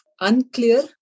unclear